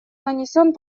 нанесен